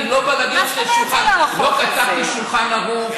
אני לא בא להגיד לך שיש שולחן ערוך.